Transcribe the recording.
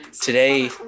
today